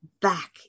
back